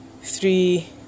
Three